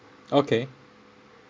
okay